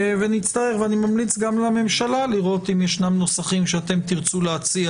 אני ממליץ גם לממשלה לראות אם ישנם נוסחים שתרצו להציע'